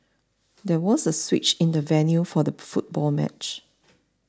there was a switch in the venue for the football match